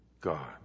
god